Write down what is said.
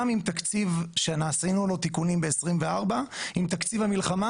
גם עם תקציב שעשינו לו תיקונים ב-2024 עם תקציב המלחמה